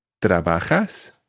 Trabajas